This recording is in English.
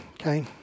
okay